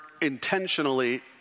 intentionally